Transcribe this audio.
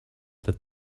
that